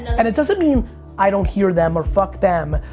and it doesn't mean i don't hear them or fuck them.